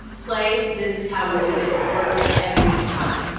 play, this is how we do it. it works every time.